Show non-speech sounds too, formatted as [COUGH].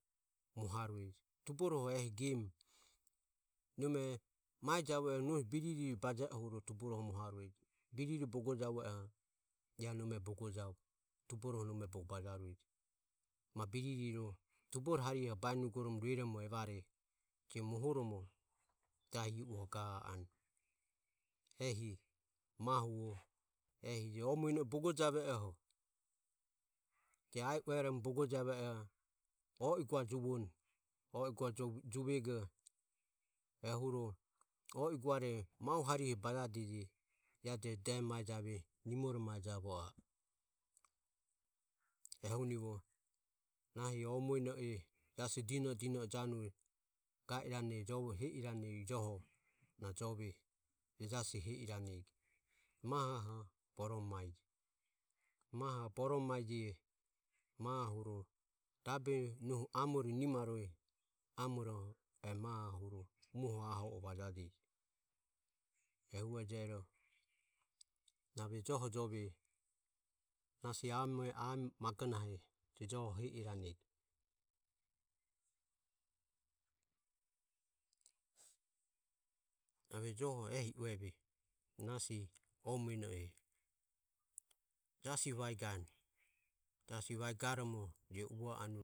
Mohaureje tuboro ehi gem nome mai javueho tuboro moharue biririvom baje o huro tuboro moharue birire bogo javue oho ia nome tuboro bogo moharue. Ma birire bogo javue oho ia nome tuboro bogo javue tuboro bogo moharue, ma biririrotuboro hariho bairomo moharue jero mohoromo jahi iuoho ga anu mahu o ehi gemuoho je oe muene bogojaveoho je ae uerom bogo joe uave oho je oi gue juvon ehuro oi guare mahu hari he bajadeje ehuro ja de mae jave nimoro mae javoa. Ehunivo nahi o mueno e jasi dino dino hijanue gairane nasi joho ma jove je jasi heirane mahoho baromomaje boromomaje rabe nohu amore nimarue e mahoho mu aho o vajajeji ehu eje ero na [NOISE] ave joho ehi ueve nasi ae magonahe na ave joho heirane nasi oe mueno e jasi vae gane jasi vae garomo je uvo anue